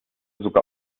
sogar